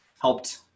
helped